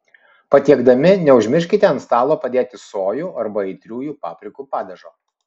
patiekdami neužmirškite ant stalo padėti sojų arba aitriųjų paprikų padažo